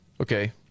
Okay